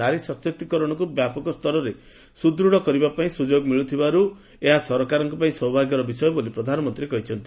ନାରୀ ସଶକ୍ତିକରଣକୁ ବ୍ୟାପକ ସ୍ତରରେ ସୁଦୃତ୍ କରିବା ପାଇଁ ସୁଯୋଗ ମିଳୁଥିବାରୁ ଏହା ସରକାରଙ୍କ ପାଇଁ ସୌଭାଗ୍ୟର ବିଷୟ ବୋଲି ପ୍ରଧାନମନ୍ତ୍ରୀ କହିଚ୍ଚନ୍ତି